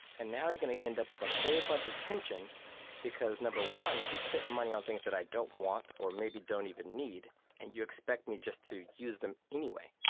and now you're going to end up with a whole bunch of tension because, number one, you spent money on things that i don't want or maybe don't even need and you expect me just to use them anyway.